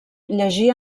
llegir